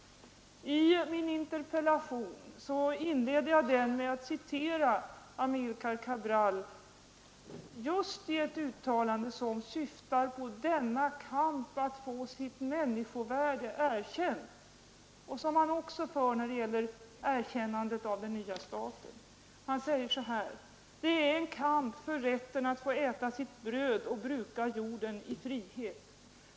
Jag inledde min interpellation med att citera Amilcar Cabral i ett uttalande som just syftar på denna kamp att få sitt människovärde erkänt, vilket också gäller erkännandet av den nya staten: ”Det är en kamp för rätten att få äta sitt bröd och bruka jorden — i frihet.